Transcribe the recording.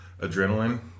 adrenaline